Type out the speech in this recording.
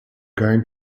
going